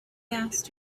asked